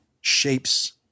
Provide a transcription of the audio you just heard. shapes –